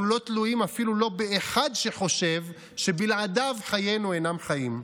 אנחנו לא תלויים אפילו לא באחד שחושב שבלעדיו חיינו אינם חיים.